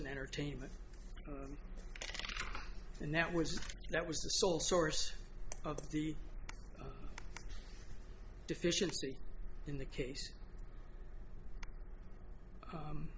and entertainment and that was that was the sole source of the deficiency in the case